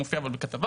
הוא מופיע אבל בכתבה,